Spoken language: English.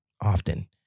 often